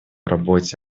работе